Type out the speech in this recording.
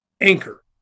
anchor